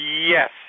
Yes